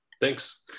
thanks